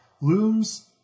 looms